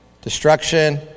Destruction